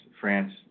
France